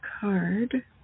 card